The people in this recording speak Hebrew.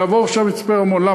ויעבור עכשיו למצפה-רמון?